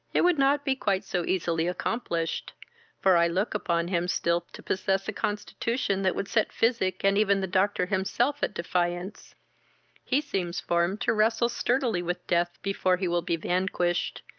it would not be quite so easily accomplished for i look upon him still to possess a constitution that would set physic and even the doctor himself at defiance he seems formed to wrestle sturdily with death before he will be vanquished,